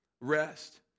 rest